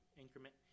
increment